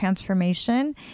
transformation